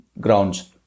grounds